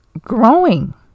growing